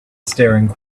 staring